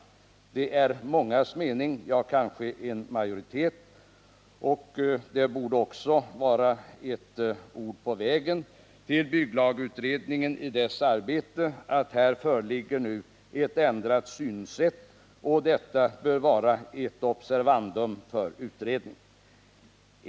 När det är mångas mening, ja, kanske en majoritets, borde det väl vara ett ord på vägen till bygglagutredningen i dennas arbete, att det här nu föreligger ett ändrat synsätt, och detta bör vara ett observandum för utredningen.